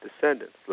descendants